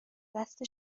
دست